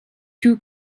two